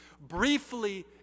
briefly